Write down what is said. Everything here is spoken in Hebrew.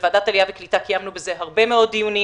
בוועדת העלייה והקליטה קיימנו על זה הרבה מאוד דיונים.